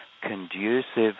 conducive